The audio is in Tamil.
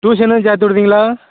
டியூஷனு எதுவும் சேர்த்து விடுவீங்களா